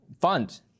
fund